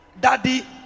daddy